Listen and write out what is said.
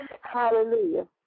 Hallelujah